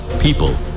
people